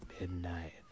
Midnight